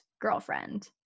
girlfriend